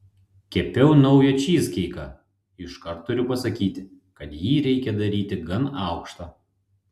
kepiau naują čyzkeiką iškart turiu pasakyti kad jį reikia daryti gan aukštą